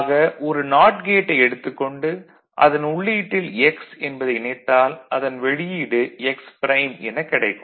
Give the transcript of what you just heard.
ஆக ஒரு நாட் கேட்டை எடுத்துக் கொண்டு அதன் உள்ளீட்டில் x என்பதை இணைத்தால் அதன் வெளியீடு x ப்ரைம் என கிடைக்கும்